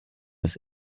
bis